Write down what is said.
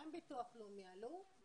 על הדבר הזה